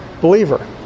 believer